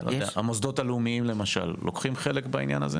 המוסדות הלאומיים למשל לוקחים חלק בעניין הזה?